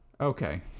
okay